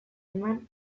eman